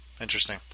Interesting